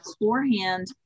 beforehand